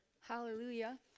Hallelujah